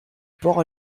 porc